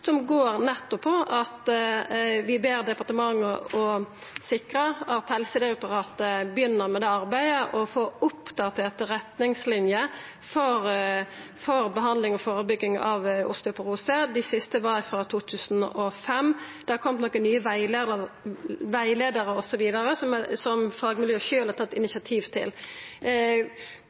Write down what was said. går nettopp på at vi ber departementet sikra at Helsedirektoratet begynner det arbeidet og får oppdaterte retningsliner for behandling og førebygging av osteoporose. Dei siste var frå 2005. Det har kome nye vegleiarar osv., som fagmiljøet sjølv har tatt initiativ til.